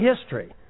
history